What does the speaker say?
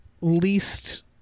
least